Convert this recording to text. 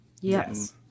Yes